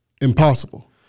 impossible